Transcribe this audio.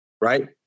right